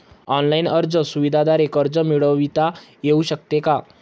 Online अर्ज सुविधांद्वारे कर्ज मिळविता येऊ शकते का?